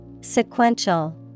Sequential